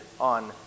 on